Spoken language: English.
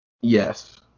Yes